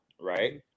right